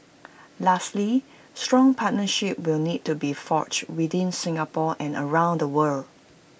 lastly strong partnerships will need to be forged within Singapore and around the world